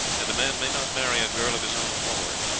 and a man may not marry a girl of his own horde.